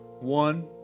One